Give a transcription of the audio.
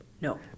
No